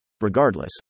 Regardless